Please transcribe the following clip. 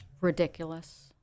Ridiculous